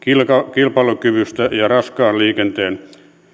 kilpailukyvystä ja raskaan liikenteen